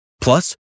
Plus